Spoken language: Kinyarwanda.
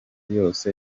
yose